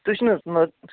تُہۍ چھِو نہَ حظ نتہٕ